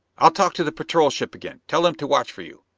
i'll talk to the patrol ship again. tell them to watch for you.